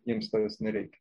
jiems tavęs nereikia